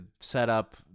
setup